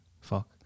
Fuck